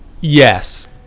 Yes